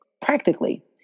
practically